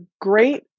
great